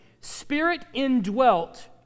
spirit-indwelt